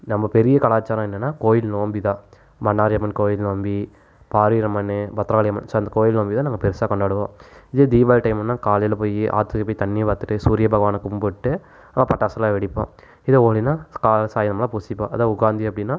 நம்ப பெரிய கலாச்சாரம் என்னென்னா கோயில் நோம்பி தான் பண்ணாரி அம்மன் கோயில் நோம்பி பாரியூர் அம்மன் பத்ரகாளி அம்மன் ஸோ அந்த கோயில் நோம்பி தான் நாங்கள் பெருசாக கொண்டாடுவோம் இதுவே தீபாவளி டைமுன்னா காலையில் போய் ஆற்றுக்கு போய் தண்ணி பார்த்துட்டு சூரிய பகவான கும்பிட்டு பட்டாசுலாம் வெடிப்போம் இதே ஹோலினா கா சாயம்லாம் பூசிப்போம் அதே உகாந்தி அப்படின்னா